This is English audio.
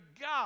God